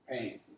pain